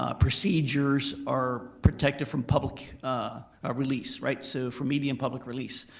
ah procedures, are protected from public ah ah release, right? so from media and public release.